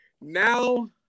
now